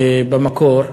במקור,